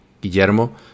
Guillermo